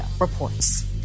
reports